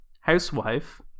housewife